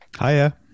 Hiya